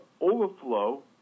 overflow